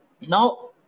Now